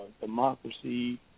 democracy